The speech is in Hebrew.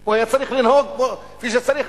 הוא היה צריך לנהוג כפי שצריך,